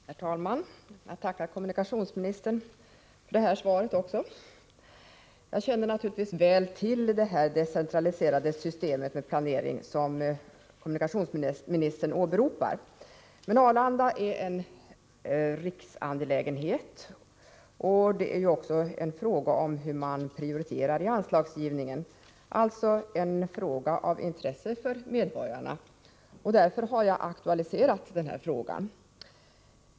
Herr talman! Jag tackar kommunikationsministern för det här svaret också. Jag känner naturligtvis väl till det decentraliserade planeringssystem som kommunikationsministern åberopar. Men Arlanda är en riksangelägenhet. Det är också en fråga om hur man prioriterar i anslagsgivningen, alltså en fråga av intresse för medborgarna. Därför har jag aktualiserat frågan.